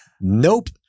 Nope